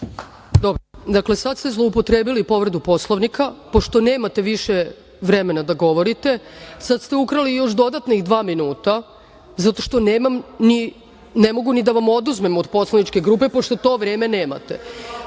Sada ste zloupotrebili povredu Poslovnika. Pošto nemate više vremena da govorite, sada ste ukrali još dodatnih dva minuta zato što ne mogu ni da vam oduzmem od poslaničke grupe pošto to vreme nemate. Čemu